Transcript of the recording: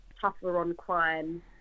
tougher-on-crime